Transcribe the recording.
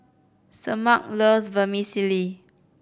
Semaj loves Vermicelli